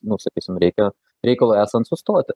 nu sakysim reikia reikalui esant sustoti